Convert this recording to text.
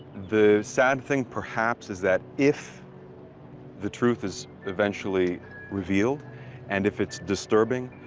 the sad thing, perhaps, is that if the truth is eventually revealed and if it's disturbing,